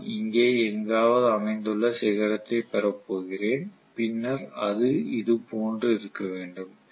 நான் இங்கே எங்காவது அமைந்துள்ள சிகரத்தைப் பெறப் போகிறேன் பின்னர் அது இது போன்று இருக்க வேண்டும்